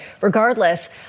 regardless